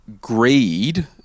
greed